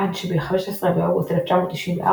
עד שב־15 באוגוסט 1994,